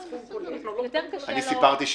סיפרתי,